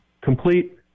complete